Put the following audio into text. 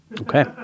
Okay